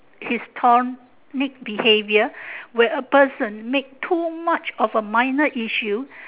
histrionic behaviour where a person make too much of a minor issue